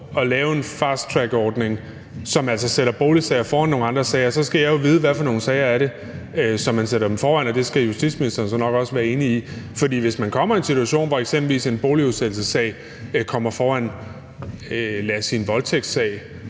at lave en fast track-ordning, som altså sætter boligsager foran nogle andre sager, så skal jeg jo vide, hvad for nogle sager det er, som man sætter dem foran, og det skal justitsministeren så nok også være enig i, for hvis man kommer i en situation, hvor eksempelvis en boligudsættelsessag kommer foran, lad os sige en voldtægtssag,